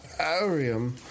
Arium